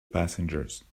passengers